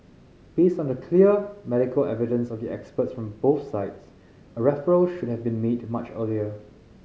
based on the clear medical evidence of the experts for both sides a referral should have been made much earlier